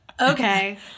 okay